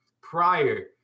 prior